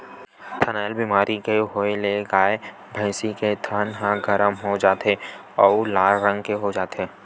थनैल बेमारी के होए ले गाय, भइसी के थन ह गरम हो जाथे अउ लाल रंग के हो जाथे